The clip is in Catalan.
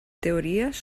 teories